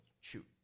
shoot